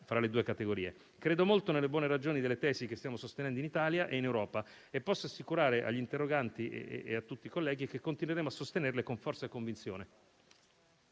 tra le due categorie. Credo molto nelle buone ragioni delle tesi che stiamo sostenendo in Italia e in Europa e posso assicurare agli interroganti e a tutti i colleghi che continueremo a sostenerle con forza e convinzione.